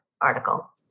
article